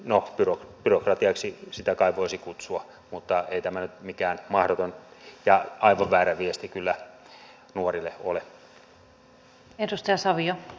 no byrokratiaksi sitä kai voisi kutsua mutta ei tämä nyt mikään mahdoton ja aivan väärä viesti kyllä nuorille ole